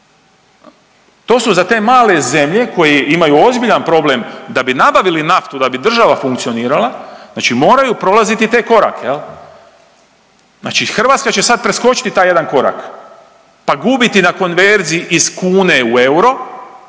To su za te male zemlje koje imaju ozbiljan problem da bi nabacili naftu, da bi država funkcionirala, znači moraju prolaziti te korake, je li? Znači Hrvatska će sad preskočiti taj jedan korak pa gubiti na konverziji iz kune u euro